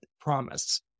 promise